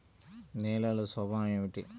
నేలల స్వభావం ఏమిటీ?